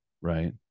right